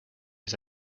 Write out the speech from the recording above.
his